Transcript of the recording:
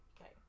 Okay